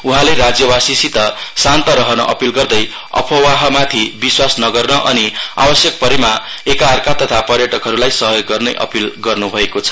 उहाँले राज्यवासीसित शान्त रहन अपील गर्दै अफवाहमाथि विश्वास नगर्न अनि आवश्यक परेमा एकाअर्का तथा पर्यटकहरूलाई सहयोग गर्न आग्रह गर्न्भएको छ